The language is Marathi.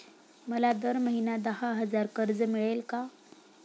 मला दर महिना दहा हजार कर्ज मिळेल का?